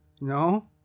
No